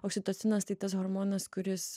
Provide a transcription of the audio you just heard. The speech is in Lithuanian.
oksitocinas tai tas hormonas kuris